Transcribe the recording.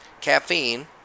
Caffeine